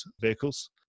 vehicles